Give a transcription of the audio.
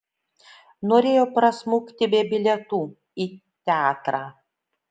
norėjo prasmukti be bilietų į teatrą